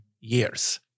years